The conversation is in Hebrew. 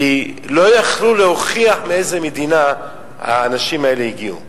כי לא יכלו להוכיח מאיזו מדינה האנשים האלה הגיעו.